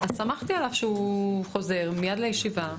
אז סמכתי עליו שהוא חוזר מיד לישיבה,